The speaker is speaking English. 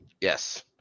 Yes